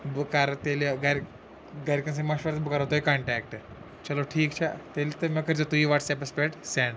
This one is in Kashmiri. بہٕ کَرٕ تیٚلہِ گَرِ گَرِکٮ۪ن سۭتۍ مشوَرٕ تہٕ بہٕ کَرو تۄہہِ کَنٹیکٹہٕ چلو ٹھیٖک چھا تیٚلہِ تہٕ مےٚ کٔرۍ زیو تُہۍ یہِ وَٹسیپَس پٮ۪ٹھ سٮ۪نٛڈ